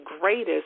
greatest